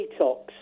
detox